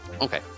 Okay